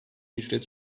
ücret